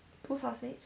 two sausage